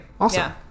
Awesome